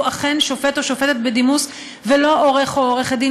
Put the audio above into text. אכן שופט או שופטת בדימוס ולא עורך או עורכת דין,